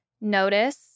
notice